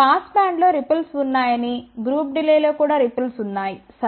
pass బ్యాండ్లో ripples ఉన్నాయని group delay లో కూడా రిపుల్స్ ఉన్నాయి సరే